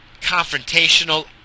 confrontational